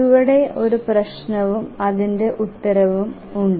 ചുവടെ ഒരു പ്രശ്നവും അതിന്റെ ഉത്തരവും ഉണ്ട്